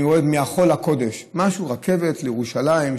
אני יורד מהחול לקודש: רכבת לירושלים,